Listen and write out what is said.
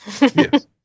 Yes